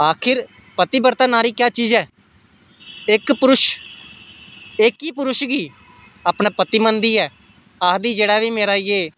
आखर पतिवर्ता नारी केह् चीज इक पुरश इक गै पुरश गी अपना पति मनदी ऐ आखदी जेह्ड़ा बी मेरा इ'यै